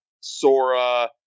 Sora